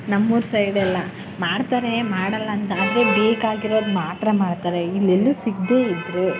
ನಮ್ಮೂರು ಸೈಡೆಲ್ಲ ಮಾಡ್ತಾರೆ ಮಾಡೋಲ್ಲ ಅಂತ ಆದರೆ ಬೇಕಾಗಿರೋದು ಮಾತ್ರ ಮಾಡ್ತಾರೆ ಇಲ್ಲೆಲಲ್ಲೂ ಸಿಗದೇ ಇದ್ದರು